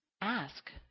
ask